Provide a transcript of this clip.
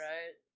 Right